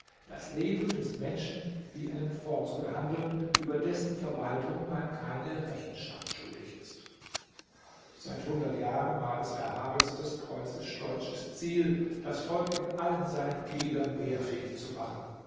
das leben des menschen wie einen fonds zu behandeln über dessen verwaltung man keine rechenschaft schuldig ist seit hundert jahren war es erhabenstes preußisch-deutsches ziel das volk in allen seinen gliedern wehrfähig zu machen